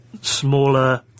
smaller